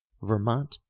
vermont,